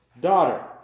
daughter